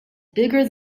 bigger